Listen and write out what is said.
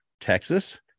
Texas